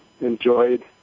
enjoyed